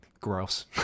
gross